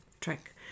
track